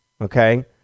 okay